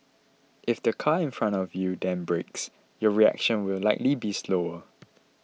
if the car in front of you then brakes your reaction will likely be slower